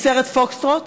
בסרט "פוקסטרוט"?